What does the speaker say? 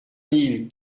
mille